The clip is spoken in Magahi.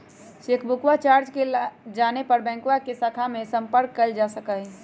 चेकबुकवा चार्ज के जाने ला बैंकवा के शाखा में संपर्क कइल जा सका हई